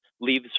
leaves